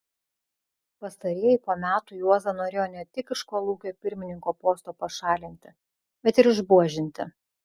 pastarieji po metų juozą norėjo ne tik iš kolūkio pirmininko posto pašalinti bet ir išbuožinti